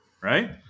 right